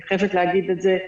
אני חייבת להגיד את זה.